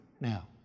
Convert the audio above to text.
now